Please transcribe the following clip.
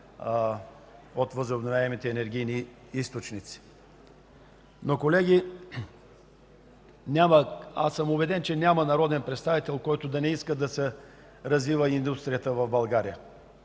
от възобновяемите енергийни източници. Колеги, убеден съм, че няма народен представител, който да не иска да се развива индустрията в България,